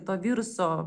to viruso